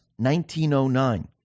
1909